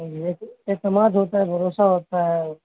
اعتماد ہوتا ہے بھروسہ ہوتا ہے